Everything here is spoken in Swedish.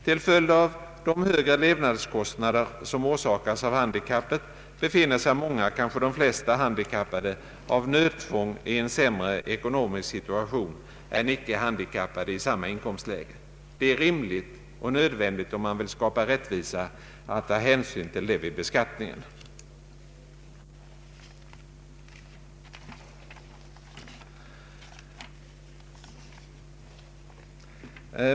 Till följd av de högre levnadskostnader som orsakas av handikappet befinner sig många, kanske de flesta, handikappade av nödtvång i en sämre ekonomisk situation än icke handikappade i samma inkomstläge. Det är rimligt — och nödvändigt om man vill skapa rättvisa — att ta hänsyn till det vid beskattningen.